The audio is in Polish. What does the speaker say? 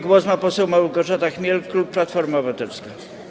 Głos ma poseł Małgorzata Chmiel, klub Platforma Obywatelska.